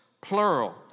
plural